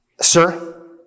Sir